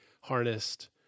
harnessed